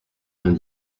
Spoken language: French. vingt